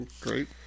Great